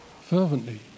fervently